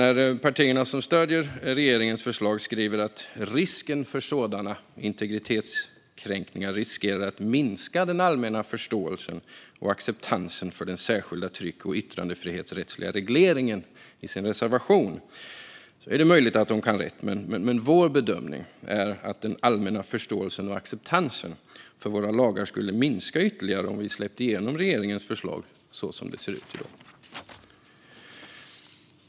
När partierna som stöder regeringens förslag i sin reservation skriver att risken för sådana integritetskränkningar riskerar att minska den allmänna förståelsen och acceptansen för den särskilda tryck och yttrandefrihetsrättsliga regleringen är det möjligt att de har rätt. Vår bedömning är dock att den allmänna förståelsen och acceptansen för Sveriges lagar skulle minska ytterligare om vi släppte igenom regeringens förslag så som det ser ut i dag.